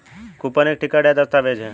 coupon एक ticket या दस्तावेज़ है